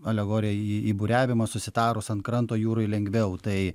alegorija į į buriavimą susitarus ant kranto jūroj lengviau tai